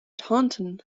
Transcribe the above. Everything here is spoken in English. taunton